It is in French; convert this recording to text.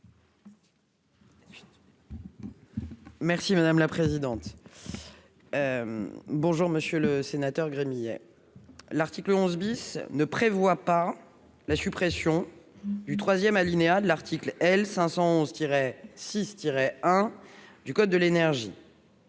Merci madame la présidente, bonjour, monsieur le sénateur Gremillet, l'article 11 bis ne prévoit pas la suppression du 3ème alinéa de l'article L. 511 Tiret 6 Tiret 1 du code de l'énergie,